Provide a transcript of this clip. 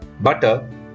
butter